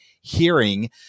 hearing